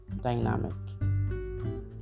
dynamic